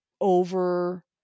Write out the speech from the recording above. over